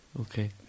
Okay